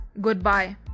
goodbye